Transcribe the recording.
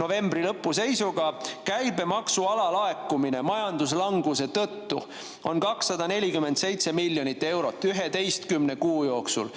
novembri lõpu seisuga. Käibemaksu alalaekumine majanduslanguse tõttu oli 247 miljonit eurot 11 kuu jooksul.